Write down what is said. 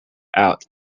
out